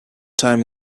time